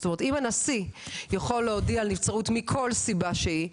זאת אומרת אם הנשיא יכול להודיע על נבצרות מכל סיבה שהיא.